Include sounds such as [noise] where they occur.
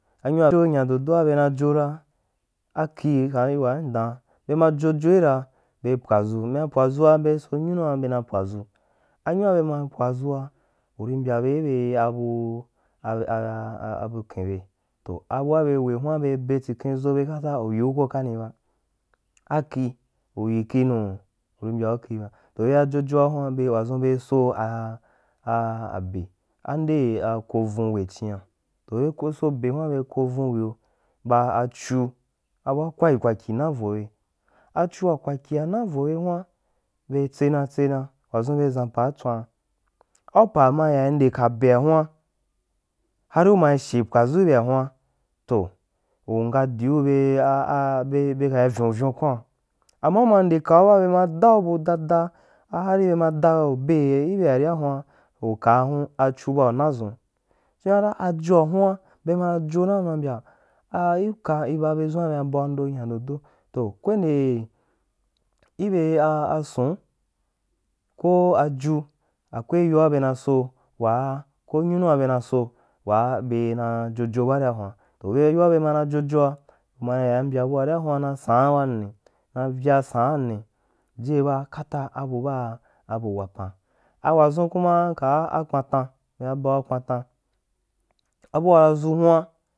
[unintelligible] nya dodoa be na jora, akhi kaan yi waan dan be ma jojoira bel pwadʒu bda pwadʒ ura bei so nyunua bel pwadʒu a nyua be ma pwadʒu ra uri mbya be ibe abuu a [hesitation] abuken be toh abua be we huan bel betsike n ʒo be kata uyiuko kani ba akhi uyi kho nuu ui mbyau khi, toh ayal jojoa huan wadʒun bei so a [hesitation] abe, ande be kovun we chian, toh be ko so be huan bel ko vun une ba a chu baa kwakyi kwa kyi na achua kwakyia na vobe huan bel tsena tsena wadʒun beʒan paa tswan au paa ma ya nde ka abea huan hari uma she pwadʒu beahuan, toh unga diu ben a a be bekai uyun vyun kwaun ama uma ndekak ba be ma dau bu da da hari be ma daubel ibea riabuan ukaa hun achu bauna dʒun fa chira ajoa hwam be maha jona u ma mbyin a a i uka iba byedʒu i be na bau dan ndo nyadodo, toh kawende ibè sun ko ajiu akwe yoa be naso waa k nyunua be na so waa be na ʒojo jojoa uma ya buariahun na sa an wanni na vya saanni ji yeba kata abubaa abu wapan a wadʒun kuma kaa kpatan bena baura kpan tanabua dʒu huan.